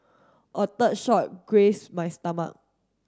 a third shot grazed my stomach